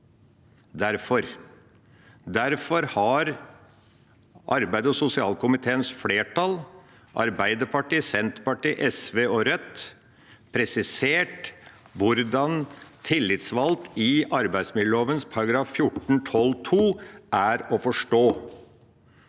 Derfor har arbeids- og sosialkomiteens flertall, Arbeiderpartiet, Senterpartiet, SV og Rødt, presisert hvordan «tillitsvalgt» i arbeidsmiljøloven § 14-12 andre ledd er å forstå.